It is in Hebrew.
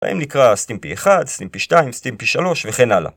האם נקרא סטימפי 1, סטימפי 2, סטימפי 3 וכן הלאה